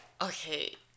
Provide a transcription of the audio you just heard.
Okay